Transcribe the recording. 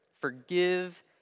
forgive